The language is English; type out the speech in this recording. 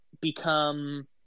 become